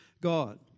God